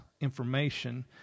information